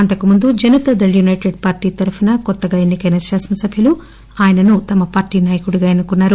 అంతకుముందు JDU party తరపున కొత్తగా ఎన్నికైన శాసనసభ్యులు ఆయనను పార్టీ నాయకుడిగా ఎన్ను కున్నారు